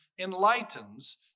enlightens